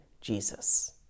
Jesus